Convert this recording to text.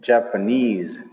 Japanese